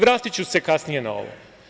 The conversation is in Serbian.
Vratiću se kasnije na ovo.